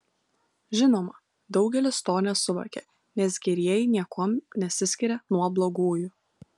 žinoma daugelis to nesuvokia nes gerieji niekuom nesiskiria nuo blogųjų